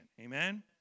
Amen